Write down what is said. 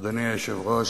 אדוני היושב-ראש,